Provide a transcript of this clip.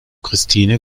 christine